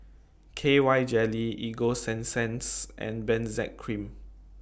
K Y Jelly Ego Sunsense and Benzac Cream